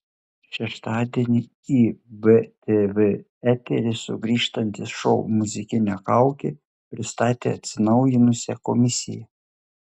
šeštadienį į btv eterį sugrįžtantis šou muzikinė kaukė pristatė atsinaujinusią komisiją